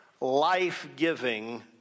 life-giving